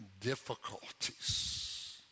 difficulties